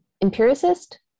empiricist